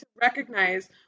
recognize